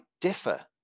differ